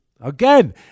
Again